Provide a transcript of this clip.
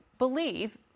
believe